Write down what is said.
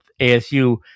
ASU